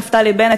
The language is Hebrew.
נפתלי בנט,